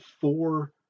four